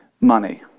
money